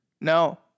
No